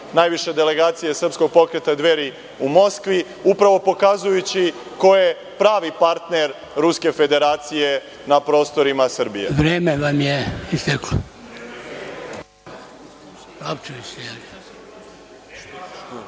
najviše delegacije Srpskog pokreta Dveri u Moskvi, upravo pokazujući ko je pravi partner Ruske Federacije na prostorima Srbije. **Dragoljub